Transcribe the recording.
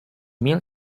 mil